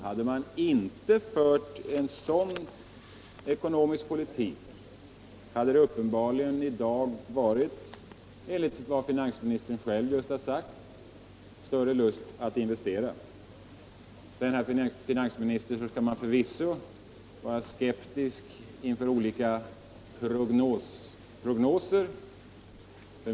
Om man inte fört en sådan ekonomisk politik, hade det i dag — enligt vad finansministern just har sagt — uppenbarligen funnits större lust att investera. Sedan, herr finansminister, skall man förvisso vara skeptisk inför olika prognoser.